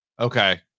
okay